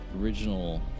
original